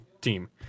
team